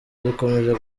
dukomeje